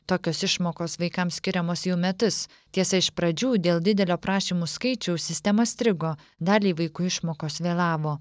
tokios išmokos vaikams skiriamos jau metus tiesa iš pradžių dėl didelio prašymų skaičiaus sistema strigo daliai vaikų išmokos vėlavo